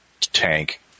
tank